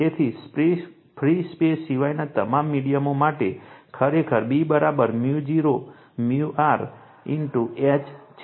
તેથી free space સિવાયના તમામ મીડિયમો માટે ખરેખર B 𝜇0 𝜇r H છે